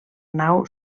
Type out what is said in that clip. nau